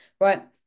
right